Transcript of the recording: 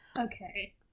Okay